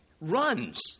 runs